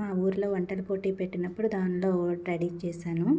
మా ఊరిలో వంటల పోటీ పెట్టినప్పుడు దానిలో రెడీ చేశాను